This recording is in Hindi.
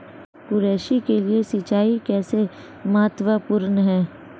कृषि के लिए सिंचाई कैसे महत्वपूर्ण है?